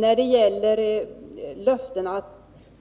När det gäller löftet